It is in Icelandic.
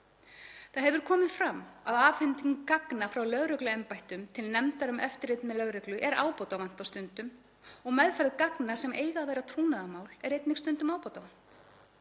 Það hefur komið fram að afhending gagna frá lögregluembættum til nefndar um eftirlit með lögreglu er ábótavant á stundum og meðferð gagna sem eiga að vera trúnaðarmál er einnig stundum ábótavant.